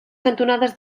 cantonades